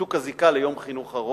גם מבחינת ניתוק הזיקה ליום חינוך ארוך,